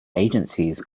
agencies